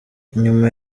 inyuma